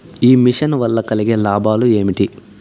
ఈ మిషన్ వల్ల కలిగే లాభాలు ఏమిటి?